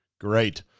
Great